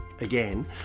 again